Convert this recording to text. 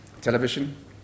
television